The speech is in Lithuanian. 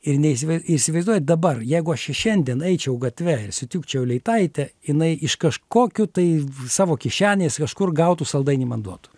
ir neįsivai ir įsivaizduojat dabar jeigu aš šiandien eičiau gatve ir sutikčiau leitaitę jinai iš kažkokių tai savo kišenės kažkur gautų saldainį man duotų